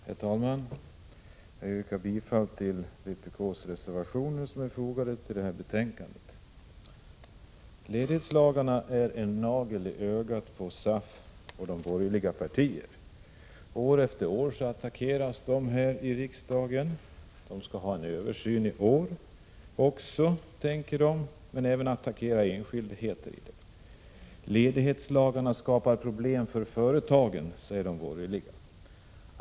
Herr talman! Jag yrkar bifall till de vpk-reservationer som är fogade vid detta betänkande. Ledighetslagarna är en nagel i ögat på SAF och de borgerliga partierna. År efter år attackeras de här i riksdagen. De borgerliga vill att en översyn skall göras under våren, men de attackerar också enskildheter i lagarna. Ledighetslagarna skapar problem för företagen, säger de borgerliga.